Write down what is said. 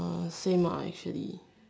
hmm same ah actually